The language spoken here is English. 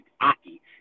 aki